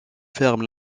ferme